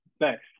Thanks